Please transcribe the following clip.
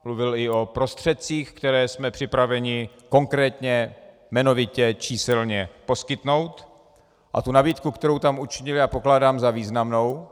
Mluvil i o prostředcích, které jsme připraveni konkrétně, jmenovitě, číselně poskytnout, a tu nabídku, kterou tam učinil, já pokládám za významnou.